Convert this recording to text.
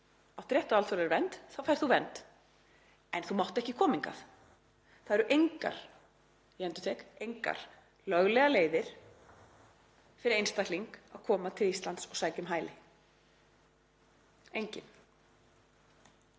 átt rétt á alþjóðlegri vernd þá færð þú vernd. En þú mátt ekki koma hingað. Það eru engar, ég endurtek, engar löglegar leiðir fyrir einstakling að koma til Íslands og sækja um hæli. Engar.